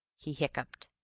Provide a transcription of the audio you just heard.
he hiccoughed.